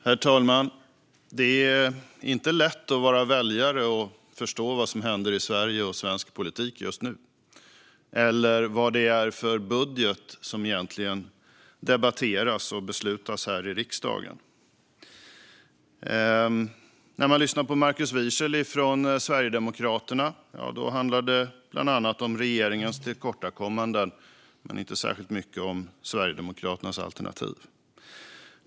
Herr talman! Det är inte lätt att vara väljare och förstå vad som händer i Sverige och svensk politik just nu eller vad det är för budget som egentligen debatteras och beslutas om här i riksdagen. När man lyssnar på Markus Wiechel från Sverigedemokraterna handlar den här debatten bland annat om regeringens tillkortakommanden men inte särskilt mycket om Sverigedemokraternas alternativ.